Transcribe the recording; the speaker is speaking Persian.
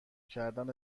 کردن